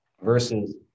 Versus